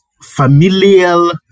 familial